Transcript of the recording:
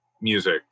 music